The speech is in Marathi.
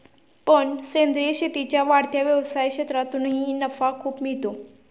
पण सेंद्रीय शेतीच्या वाढत्या व्यवसाय क्षेत्रातूनही नफा खूप मिळतो